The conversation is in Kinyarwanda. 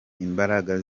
imbaraga